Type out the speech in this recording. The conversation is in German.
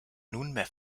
nunmehr